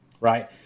right